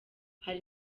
hari